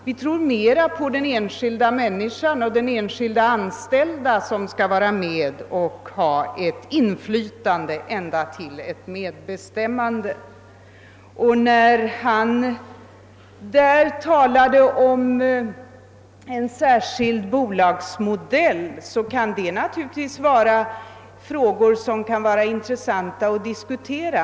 Vi tror mer på den enskilda människan och den anställde som bör få vara med och ha ett inflytande, ja till och med medbestämmanderätt. Herr Svensson talade om en särskild bolagsmodell, och det kan naturligtvis vara en intressant fråga att diskutera.